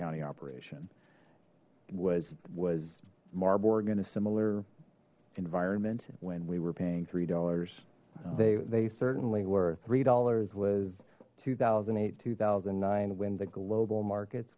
county operation was was marburg in a similar environment when we were paying three dollars they certainly were three dollars was two thousand and eight two thousand and nine when the global market